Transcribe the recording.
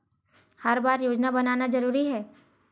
हर बार योजना बनाना जरूरी है?